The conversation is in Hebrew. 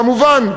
כמובן,